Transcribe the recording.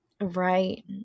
Right